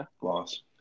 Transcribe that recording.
loss